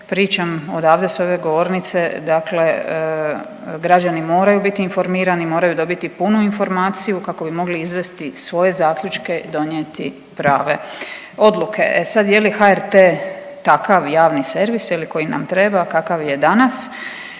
pričam odavde sa ove govornice dakle građani moraju biti informirani, moraju dobiti punu informaciju kako bi mogli izvesti svoje zaključke i donijeti prave odluke. E sad je li HRT takav javni servis je li koji nam treba kakav je danas.